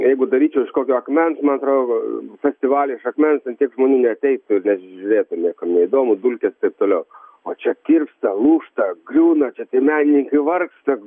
jeigu daryčiau iš kokio akmens man atrodo festivalį iš akmens ten tiek žmonių neateitų ir nežiūrėtų niekam neįdomu dulkės taip toliau o čia tirpsta lūžta griūna čia tie menininkai vargsta